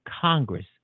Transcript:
Congress